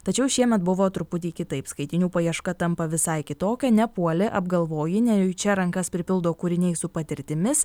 tačiau šiemet buvo truputį kitaip skaitinių paieška tampa visai kitokia nepuoli apgalvoji nejučia rankas pripildo kūriniai su patirtimis